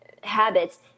habits